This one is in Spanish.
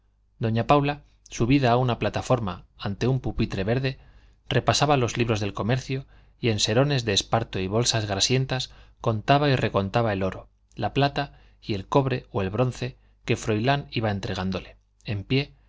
doña paula subida a una plataforma ante un pupitre verde repasaba los libros del comercio y en serones de esparto y bolsas grasientas contaba y recontaba el oro la plata y el cobre o el bronce que froilán iba entregándole en pie